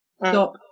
Stop